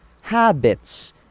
habits